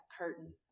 curtain